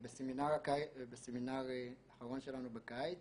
בסמינר האחרון שלנו בקיץ